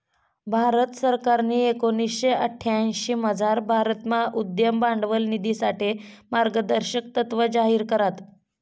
भारत सरकारनी एकोणीशे अठ्यांशीमझार भारतमा उद्यम भांडवल निधीसाठे मार्गदर्शक तत्त्व जाहीर करात